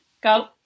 Go